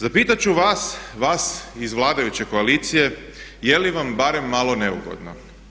Zapitati ću vas, vas iz vladajuće koalicije je li vam barem malo neugodno?